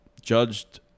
judged